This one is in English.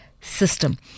system